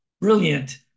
brilliant